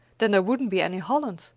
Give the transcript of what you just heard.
then there wouldn't be any holland,